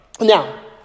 Now